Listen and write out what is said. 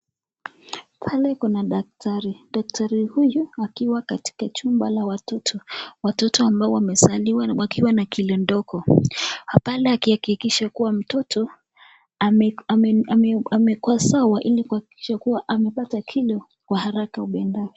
Pale kuna daktari, daktari huyu akiwa katika chumba la watoto. Watoto ambao wamezaliwa wakiwa na kilo ndogo. Pale akihakikisha kuwa mtoto amekuwa sawa ili kuhakikisha kuwa amepata kilo kwa haraka upendao.